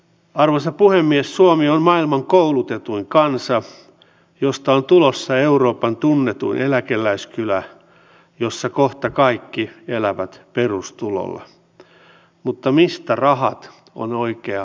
arvoisa puhemies suomi on maailman koulutetuin kansas josta on tulossa euroopan tunnetuin eläkeläiskylä jossa kohta kaikki elävät perustulolla erilaisia läheltä piti tilanteita tapahtuu päivittäin